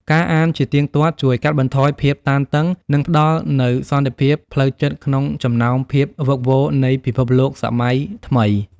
ការអានជាទៀងទាត់ជួយកាត់បន្ថយភាពតានតឹង និងផ្ដល់នូវសន្តិភាពផ្លូវចិត្តក្នុងចំណោមភាពវឹកវរនៃពិភពលោកសម័យថ្មី។